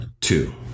Two